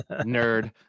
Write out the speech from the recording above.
nerd